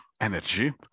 energy